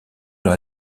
dans